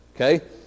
okay